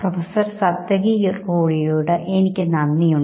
ഇത്തരം വ്യക്തികളുടെ അവസ്ഥകൾ നമ്മളിൽ പ്രചോദനം ഉണ്ടാക്കുന്നു